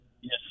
Yes